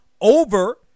over